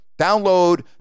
Download